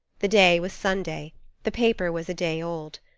the day was sunday the paper was a day old.